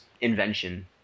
invention